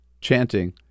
chanting